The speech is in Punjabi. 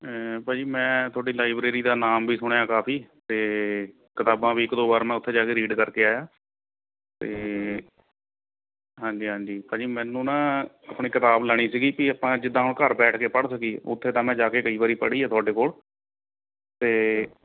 ਭਾਜੀ ਮੈਂ ਤੁਹਾਡੀ ਲਾਇਬ੍ਰੇਰੀ ਦਾ ਨਾਮ ਵੀ ਸੁਣਿਆ ਕਾਫੀ ਅਤੇ ਕਿਤਾਬਾਂ ਵੀ ਇੱਕ ਦੋ ਵਾਰ ਮੈਂ ਉੱਥੇ ਜਾ ਕੇ ਰੀਡ ਕਰਕੇ ਆਇਆ ਅਤੇ ਹਾਂਜੀ ਹਾਂਜੀ ਭਾਅ ਜੀ ਮੈਨੂੰ ਨਾ ਆਪਣੀ ਕਿਤਾਬ ਲੈਣੀ ਸੀਗੀ ਕਿ ਆਪਾਂ ਜਿੱਦਾਂ ਹੁਣ ਘਰ ਬੈਠ ਕੇ ਪੜ੍ਹ ਸਕੀਏ ਉੱਥੇ ਤਾਂ ਮੈਂ ਜਾ ਕੇ ਕਈ ਵਾਰੀ ਪੜ੍ਹੀ ਆ ਤੁਹਾਡੇ ਕੋਲ ਅਤੇ